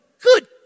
Good